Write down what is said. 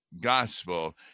gospel